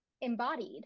embodied